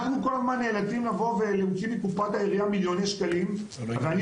אנחנו כל הזמן נאלצים להוציא מקופת העירייה מיליוני שקלים ואני